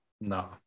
No